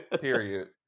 Period